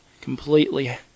completely